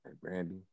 Brandy